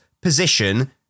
position